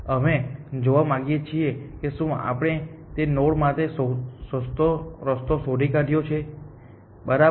અમે જોવા માંગીએ છીએ કે શું આપણે તે નોડ માટે સસ્તો રસ્તો શોધી કાઢ્યો છે બરાબર